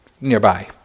nearby